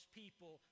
people